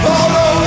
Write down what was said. Follow